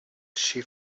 she